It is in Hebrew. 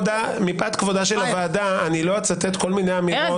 מפאת כבודה של הוועדה לא אצטט כל מיני אמירות